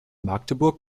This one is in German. magdeburg